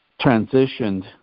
transitioned